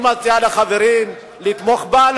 אני מציע לחברים לתמוך בה,